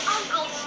Uncle